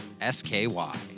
S-K-Y